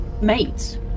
mates